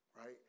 right